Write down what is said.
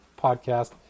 podcast